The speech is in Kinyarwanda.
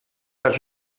rwacu